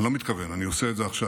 אני לא מתכוון, אני עושה את זה עכשיו.